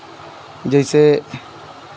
जैसे